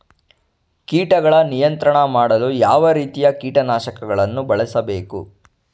ಕೀಟಗಳ ನಿಯಂತ್ರಣ ಮಾಡಲು ಯಾವ ರೀತಿಯ ಕೀಟನಾಶಕಗಳನ್ನು ಬಳಸಬೇಕು?